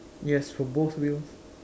yes for both wheels